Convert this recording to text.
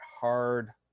hard